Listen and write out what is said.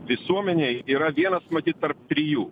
visuomenėj yra vienas matyt tarp trijų